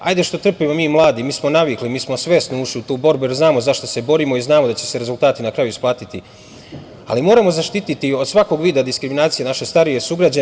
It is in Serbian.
Ajde što trpimo mi mladi, mi smo navikli i mi smo svesno ušli u tu borbu, jer znamo za šta se borimo i znamo da će se rezultati na kraju isplatiti, ali moramo zaštiti od svakog vida diskriminacije naše starije sugrađane.